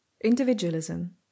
Individualism